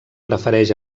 prefereix